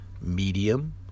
medium